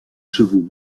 chevaux